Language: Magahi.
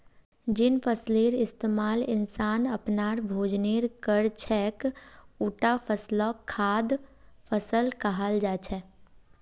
जिन फसलेर इस्तमाल इंसान अपनार भोजनेर कर छेक उटा फसलक खाद्य फसल कहाल जा छेक